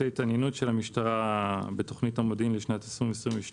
התעניינות של המשטרה בתוכנית המודיעין לשנת 2022,